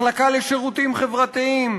מחלקה לשירותים חברתיים,